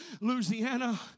Louisiana